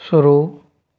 शुरू